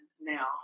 now